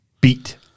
beat